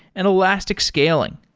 and elastic scaling.